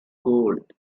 gold